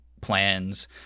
plans